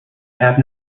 have